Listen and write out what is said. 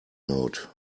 note